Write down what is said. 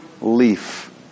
leaf